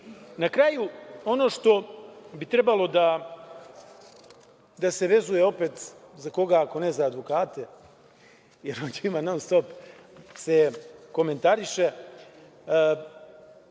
kraju, ono što bi trebalo da se vezuje, opet za koga, ako ne za advokate, jer o njima se non-stop komentariše,